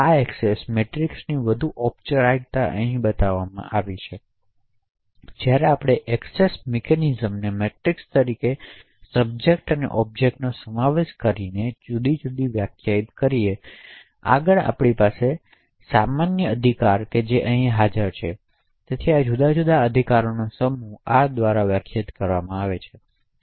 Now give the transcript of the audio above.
આ એક્સેસ મેટ્રિક્સની વધુ ઑપચારિક રજૂઆત અહીં બતાવવામાં આવી છે જ્યાં આપણે એક્સેસ મેટ્રિક્સને મેટ્રિક્સ તરીકે સબજેક્ટ અને ઑબ્જેક્ટ્સનો સમાવેશ કરીને વ્યાખ્યાયિત કરીએ છીએ આગળ આપણી પાસે સામાન્ય અધિકાર છે જે હાજર છે તેથી આ જુદા જુદા અધિકારોના સમૂહ આર દ્વારા વ્યાખ્યાયિત કરવામાં આવ્યું છે